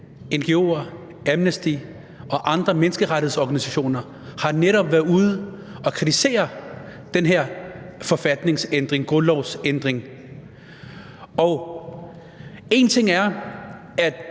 ngo'er, Amnesty og andre menneskerettighedsorganisationer, har netop været ude og kritisere den her forfatningsændring, grundlovsændring. Én ting er, at